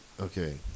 okay